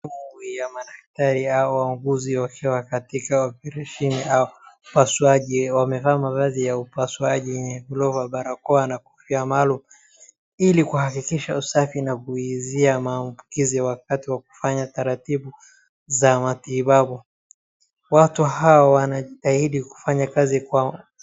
Kundi la madaktari au wauguzi wakiwa katika oparesheni au upasuaji wamevaa mavazi ya upasuaji yenye glova, barakoa na kofia maalum ili kuhakikisha usafi na kuzuia maambukizi wakati wa kufanya taratibu za matibabu. Watu hawa wanajitahidi kufanya kazi kwa.